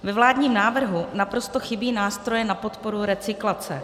Ve vládním návrhu naprosto chybí nástroje na podporu recyklace.